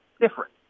different